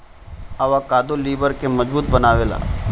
avocado लिबर के मजबूत बनावेला